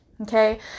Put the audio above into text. Okay